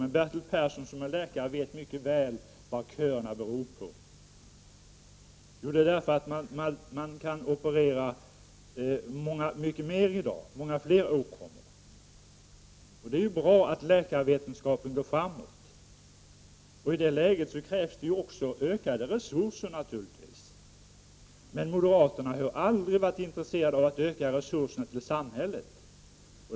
Men Bertil Persson som är läkare vet mycket väl vad köerna beror på, nämligen att man i dag kan operera många fler åkommor. Det är ju bra att läkarvetenskapen går framåt. I det läget krävs det naturligtvis ökade resurser. Men moderaterna har aldrig varit intresserade av att öka resurserna till samhället.